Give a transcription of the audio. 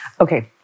Okay